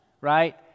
right